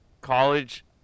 college